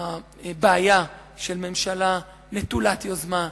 הבעיה של ממשלה נטולת יוזמה,